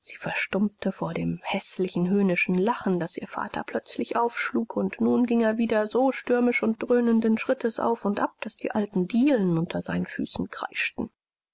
sie verstummte vor dem häßlichen höhnischen lachen das ihr vater plötzlich aufschlug und nun ging er wieder so stürmisch und dröhnenden schrittes auf und ab daß die alten dielen unter seinen füßen kreischten